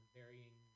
varying